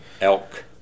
elk